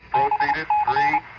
i